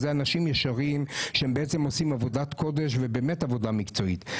זה אנשים ישרים שעושים עבודת קודש ובאמת עבודה מקצועית.